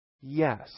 Yes